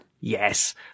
Yes